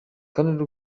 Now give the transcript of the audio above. kandi